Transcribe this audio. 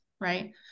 right